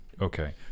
Okay